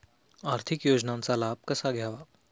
आर्थिक योजनांचा लाभ कसा घ्यावा?